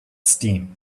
steam